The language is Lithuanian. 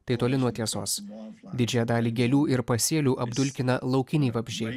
tai toli nuo tiesos didžiąją dalį gėlių ir pasėlių apdulkina laukiniai vabzdžiai